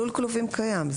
לול כלובים קיים.